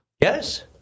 Yes